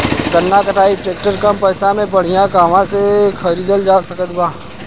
गन्ना कटाई ट्रैक्टर कम पैसे में बढ़िया कहवा से खरिदल जा सकत बा?